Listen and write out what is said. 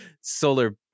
solar